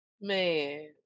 man